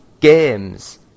games